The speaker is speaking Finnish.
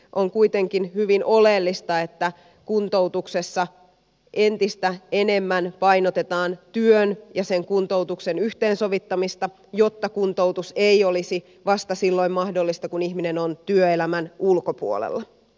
on kuitenkin hyvin oleellista että kuntoutuksessa entistä enemmän painotetaan työn ja sen kuntoutuksen yhteensovittamista jotta kuntoutus ei olisi mahdollista vasta silloin kun ihminen on työelämän ulkopuolella